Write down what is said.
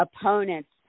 opponents